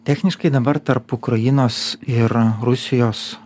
techniškai dabar tarp ukrainos ir rusijos